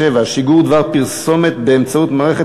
47) (שיגור דבר פרסומת באמצעות מערכת